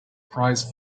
prize